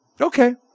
okay